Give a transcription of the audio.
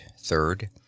third